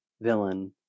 Villain